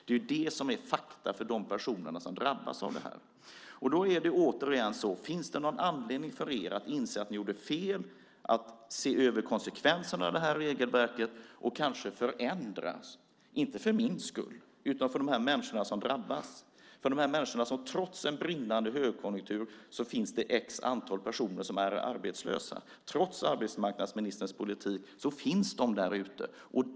Det är fakta för de personer som drabbas av detta. Finns det någon anledning för er att inse att ni gjorde fel, se över konsekvenserna av regelverket och kanske förändra det? Det säger jag inte för min skull utan för de människor som drabbas. Trots en brinnande högkonjunktur finns det ett antal personer som är arbetslösa. Trots arbetsmarknadsministerns politik finns de därute.